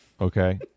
okay